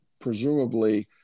presumably